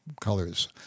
colors